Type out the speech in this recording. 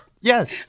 Yes